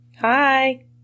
Hi